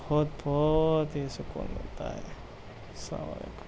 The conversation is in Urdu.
بہت بہت ہی سکون ملتا ہے السلام علیکم